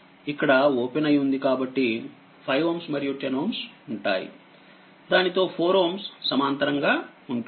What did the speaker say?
ఇక్కడ ఓపెన్ అయి వుంది కాబట్టి 5Ωమరియు10Ω ఉంటాయి దానితో4Ω సమాంతరంగా ఉంటుంది